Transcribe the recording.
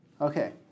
Okay